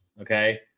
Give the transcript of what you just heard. okay